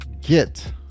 Get